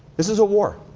this is a war.